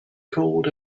called